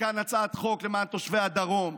וכאן הצעת חוק למען תושבי הדרום,